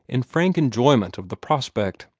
in frank enjoyment of the prospect.